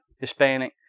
Hispanic